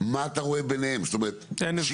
מה אתה רואה ביניהם, זאת אומרת שיקוף?